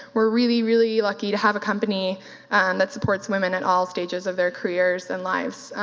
we're really, really lucky to have a company and that supports women at all stages of their careers and lives,